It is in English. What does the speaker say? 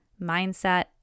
mindset